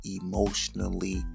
emotionally